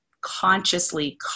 consciously